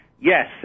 Yes